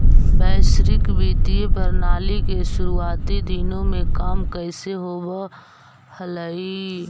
वैश्विक वित्तीय प्रणाली के शुरुआती दिनों में काम कैसे होवअ हलइ